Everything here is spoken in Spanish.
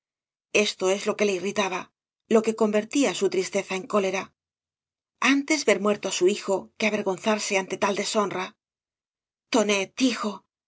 esto es lo que le irritaba lo que convertía su tristeza en cólera antes ver muerto á su hijo que avergonzarse ante tai deshonra tonetl hijo